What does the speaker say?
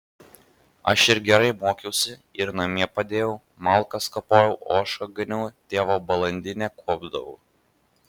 aš ir gerai mokiausi ir namie padėjau malkas kapojau ožką ganiau tėvo balandinę kuopdavau